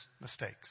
mistakes